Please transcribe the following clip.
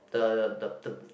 the the